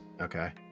Okay